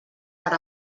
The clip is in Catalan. per